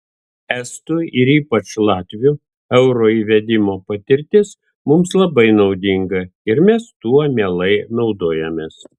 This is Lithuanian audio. estų ir ypač latvių euro įvedimo patirtis mums labai naudinga ir mes tuo mielai naudojamės